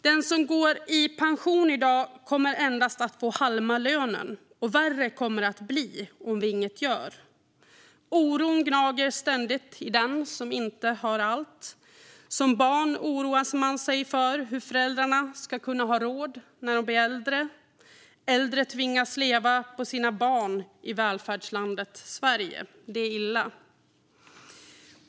Den som går i pension i dag kommer endast att få halva lönen, och värre kommer det att bli om vi inget gör. Oron gnager ständigt i den som inte har allt. Som barn oroar man sig för hur föräldrarna ska kunna ha råd när de blir äldre. Äldre tvingas leva på sina barn i välfärdslandet Sverige. Det är illa.